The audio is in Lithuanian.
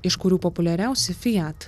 iš kurių populiariausi fiat